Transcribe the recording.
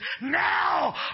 Now